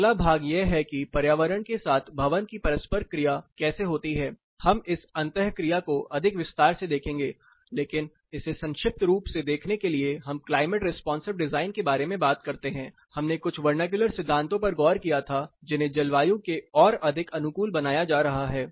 अगला भाग यह है कि पर्यावरण के साथ भवन की परस्पर क्रिया कैसे होती है हम इस अंतःक्रिया को अधिक विस्तार से देखेंगे लेकिन इसे संक्षिप्त रूप से देखने के लिए हम क्लाइमेट रेस्पॉन्सिव डिजाइन के बारे में बात करते हैं हमने कुछ वर्नाक्यूलर सिद्धांतों पर गौर किया था जिन्हें जलवायु के और अधिक अनुकूल बनाया जा रहा है